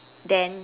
then